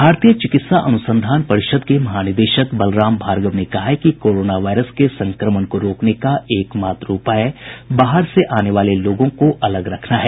भारतीय चिकित्सा अनुसंधान परिषद के महानिदेशक बलराम भार्गव ने कहा कि कोरोना वायरस के संक्रमण को रोकने का एकमात्र उपाय बाहर से आने वाले लोगों को अलग रखना है